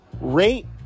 rate